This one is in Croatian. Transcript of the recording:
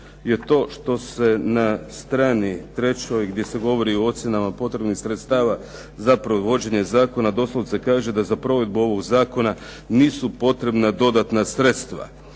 je to što se na strani trećoj gdje se govori o ocjenama potrebnih sredstava za provođenje zakona doslovce kaže da za provedbu ovog zakona nisu potrebna dodatna sredstva.